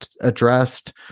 addressed